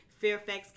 Fairfax